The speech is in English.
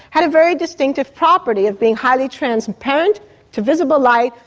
had a very distinctive property of being highly transparent to visible light,